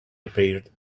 appeared